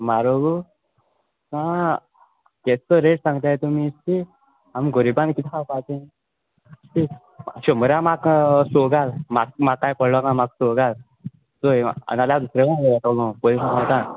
म्हारोगू आ केस्सो रेट सांगताय तुमी शी आम गोरिबांनी कित खावपाचें शी शंबरा म्हाक सो घाल मा मा कांय पळ्ळो ना म्हाक सो घाल चोय आंव नाल्या दुसरे कडे घेवन येतोलो पयल् सांगता